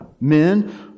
men